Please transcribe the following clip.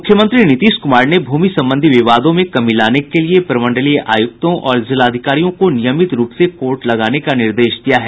मुख्यमंत्री नीतीश कुमार ने भूमि संबंधी विवादों में कमी लाने के लिये प्रमंडलीय आयुक्तों और जिलाधिकारियों को नियमित रूप से कोर्ट लगाने का निर्देश दिया है